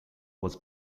was